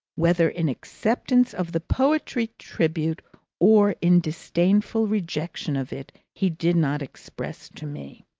whether in acceptance of the poetry-tribute or in disdainful rejection of it, he did not express to me.